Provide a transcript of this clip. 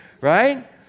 right